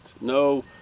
No